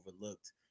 overlooked